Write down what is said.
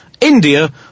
India